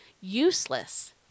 useless